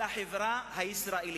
על החברה הישראלית,